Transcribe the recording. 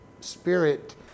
spirit